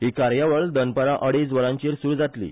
ही कार्यावळ दनपारां अडेज वरांचेर सुरू जातली